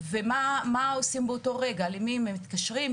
מה עושים באותו רגע, למי הם מתקשרים?